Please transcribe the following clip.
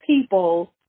people